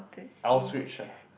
Auschwitz ah